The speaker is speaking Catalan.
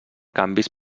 canvis